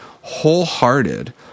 wholehearted